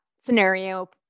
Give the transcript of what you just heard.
scenario